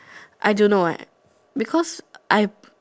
I don't know eh because I